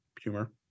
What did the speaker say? humor